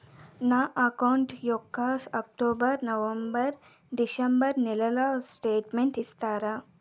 నా అకౌంట్ యొక్క October, November, December నెలల స్టేట్మెంట్ ఇస్తారా?